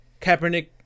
Kaepernick